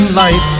life